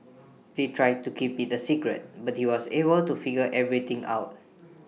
they tried to keep IT A secret but he was able to figure everything out